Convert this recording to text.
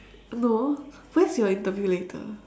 no where's your interview later